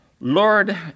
Lord